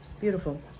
Beautiful